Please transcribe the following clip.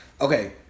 Okay